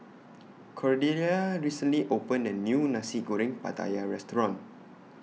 Cordelia recently opened A New Nasi Goreng Pattaya Restaurant